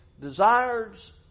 Desires